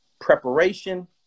preparation